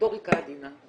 מוטוריקה עדינה.